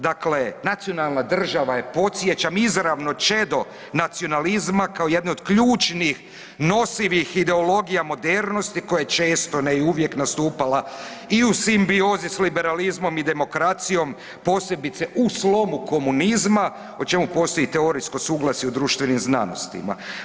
Dakle nacionalna država je podsjećam izravno čedo nacionalizma kao jedne od ključnih nosivih ideologija modernosti koje često ne i uvijek nastupala i u simbiozi s liberalizmom i demokracijom posebice u slomu komunizma o čemu postoji teorijsko suglasje u društvenim znanostima.